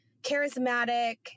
charismatic